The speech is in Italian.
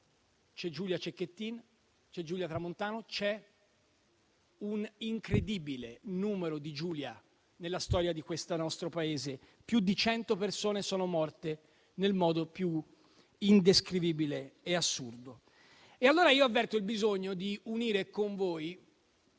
c'è Giulia Cecchettin, c'è Giulia Tramontano, c'è un incredibile numero di Giulie nella storia di questo nostro Paese, più di cento persone sono morte nel modo più indescrivibile e assurdo. Avverto il bisogno di unire con voi